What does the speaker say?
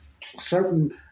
certain